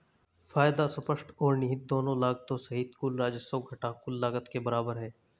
फायदा स्पष्ट और निहित दोनों लागतों सहित कुल राजस्व घटा कुल लागत के बराबर है